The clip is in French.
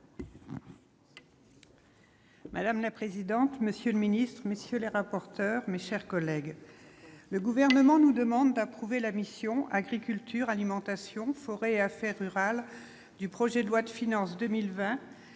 Madame la présidente, monsieur le ministre, messieurs les rapporteurs, mes chers collègues, le gouvernement nous demande d'approuver la mission Agriculture alimentation forêt a fait rural du projet de loi de finances 2020